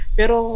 pero